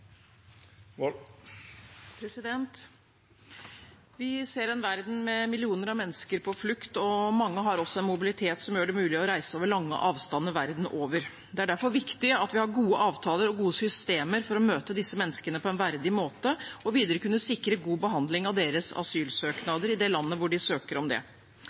migrasjonspakt. Vi ser en verden med millioner av mennesker på flukt, og mange har også en mobilitet som gjør det mulig å reise over lange avstander verden over. Det er derfor viktig at vi har gode avtaler og gode systemer for å møte disse menneskene på en verdig måte, og videre kunne sikre god behandling av deres asylsøknader i det landet de søker